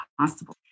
possible